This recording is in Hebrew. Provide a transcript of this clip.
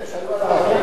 אלה שהיו על הרכבת,